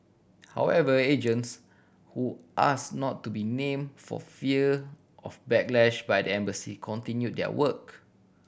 however agents who ask not to be name for fear of backlash by the embassy continue their work